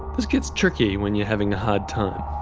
this gets tricky when you're having a hard time.